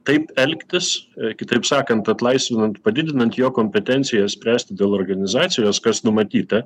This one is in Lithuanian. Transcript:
taip elgtis kitaip sakant atlaisvinant padidinant jo kompetenciją spręsti dėl organizacijos kas numatyta